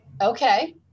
Okay